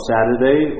Saturday